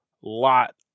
lot